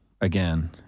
again